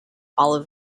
olive